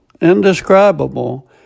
indescribable